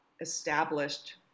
established